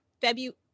February